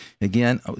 Again